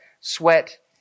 sweat